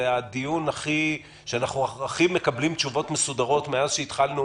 זה הדיון שבו אנחנו מקבלים את התשובות הכי מסודרות מאז שהתחלנו